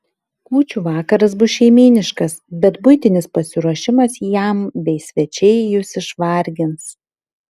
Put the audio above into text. kūčių vakaras bus šeimyniškas bet buitinis pasiruošimas jam bei svečiai jus išvargins